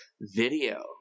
video